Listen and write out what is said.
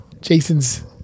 Jason's